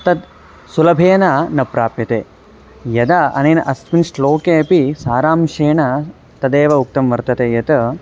तत् सुलभेन न प्राप्यते यदा अनेन अस्मिन् श्लोके अपि सारांशेन तदेव उक्तं वर्तते यत्